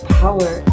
power